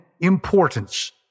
importance